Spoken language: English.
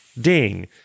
ding